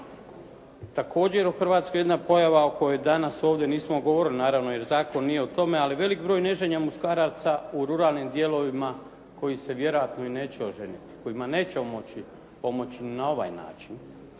Također u Hrvatskoj jedna pojava o kojoj danas ovdje nismo govorili naravno jer zakon nije o tome ali veliki broj neženja muškaraca u ruralnim dijelovima koji se vjerojatno i neće oženiti, kojima nećemo pomoći ni na ovaj način,